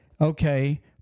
Okay